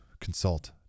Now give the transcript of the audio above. consult